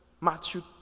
Matthew